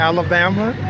Alabama